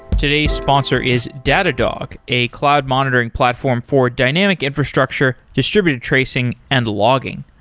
today's sponsor is datadog, a cloud monitoring platform for dynamic infrastructure, distributed tracing and logging.